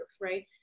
right